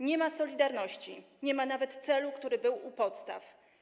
Nie ma solidarności, nie ma nawet celu, który był u podstaw.